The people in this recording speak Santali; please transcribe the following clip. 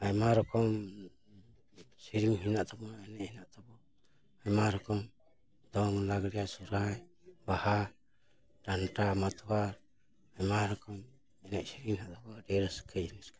ᱟᱭᱢᱟ ᱨᱚᱠᱚᱢ ᱥᱮᱨᱮᱧ ᱦᱮᱱᱟᱜ ᱛᱟᱵᱚᱱᱟ ᱮᱱᱮᱡ ᱦᱮᱱᱟᱜ ᱛᱟᱵᱚᱱᱟ ᱟᱭᱢᱟ ᱨᱚᱠᱚᱢ ᱫᱚᱝ ᱞᱟᱜᱽᱲᱮ ᱥᱚᱨᱦᱟᱭ ᱵᱟᱦᱟ ᱰᱟᱱᱴᱟ ᱢᱟᱛᱣᱟᱨ ᱟᱭᱢᱟ ᱨᱚᱠᱚᱢ ᱮᱱᱮᱡ ᱥᱮᱨᱮᱧ ᱦᱮᱱᱟᱜ ᱛᱟᱵᱚᱱᱟ ᱟᱰᱤ ᱨᱟᱹᱥᱠᱟᱹ ᱡᱤᱱᱤᱥ ᱠᱟᱱᱟ